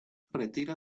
retira